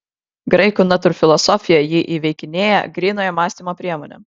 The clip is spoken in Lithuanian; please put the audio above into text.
graikų natūrfilosofija jį įveikinėja grynojo mąstymo priemonėm